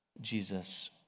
Jesus